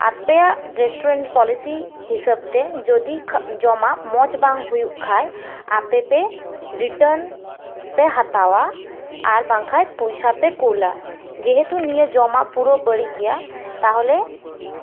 ᱟᱯᱮᱭᱟᱜ restaurant policy ᱦᱤᱥᱟᱹᱵᱽ ᱛᱮ ᱡᱚᱫᱤ ᱡᱚᱢᱟᱜ ᱢᱚᱸᱡᱽ ᱵᱟᱝ ᱦᱩᱭᱩᱜ ᱠᱷᱟᱱ ᱟᱯᱮᱯᱮ ᱨᱤᱴᱟᱨᱱ ᱯᱮ ᱦᱟᱛᱟᱣᱟ ᱟᱨ ᱵᱟᱝᱠᱷᱟᱱ ᱯᱚᱭᱥᱟᱯᱮ ᱠᱩᱞᱼᱟ ᱡᱮᱦᱮᱛᱩ ᱱᱤᱭᱟᱹ ᱡᱚᱢᱟᱜ ᱯᱩᱨᱟᱹ ᱵᱟᱹᱲᱤᱡ ᱜᱮᱭᱟ ᱛᱟᱦᱞᱮ